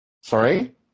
Sorry